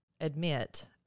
admit